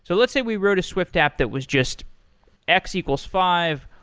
so let's say we wrote a swift app that was just x equal five,